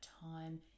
time